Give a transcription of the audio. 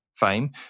fame